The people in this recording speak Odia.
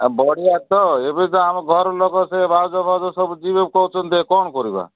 ବଢ଼ିଆ ତ ଏବେ ତ ଆମ ଘର ଲୋକ ସେ ଭାଉଜ ଫାଉଜ ସବୁ ଯିବେ କହୁଛନ୍ତି କ'ଣ କରିବା